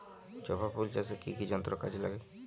জবা ফুল চাষে কি কি যন্ত্র কাজে লাগে?